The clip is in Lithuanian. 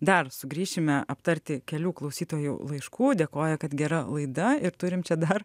dar sugrįšime aptarti kelių klausytojų laiškų dėkoja kad gera laida ir turim čia dar